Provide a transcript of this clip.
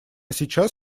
сейчас